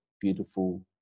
beautiful